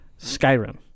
Skyrim